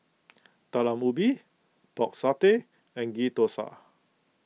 Talam Ubi Pork Satay and Ghee Thosai